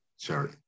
sure